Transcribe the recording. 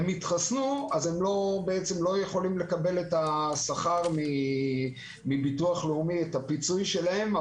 לא יכולים לקבל את השכר ואת הפיצוי שלהם מביטוח לאומי,